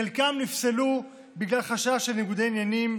חלקם נפסלו בגלל חשש של ניגודי עניינים,